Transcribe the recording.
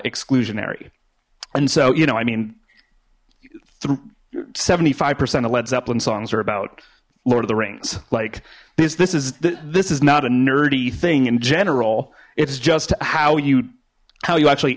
exclusionary and so you know i mean through seventy five percent of led zeppelin songs are about lord of the rings like this this is the this is not a nerdy thing in general it's just how you how you actually